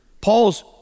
Paul's